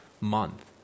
month